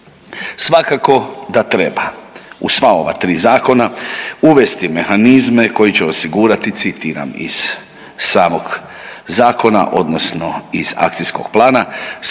Svakako da treba u sva ova zakona uvesti mehanizme koji će osigurati citiram iz samog zakona odnosno iz akcijskog plana